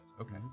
Okay